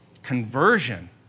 Conversion